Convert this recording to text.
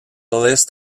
list